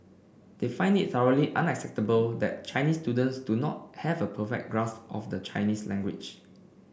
they find it thoroughly unacceptable that Chinese students do not have a perfect grasp of the Chinese language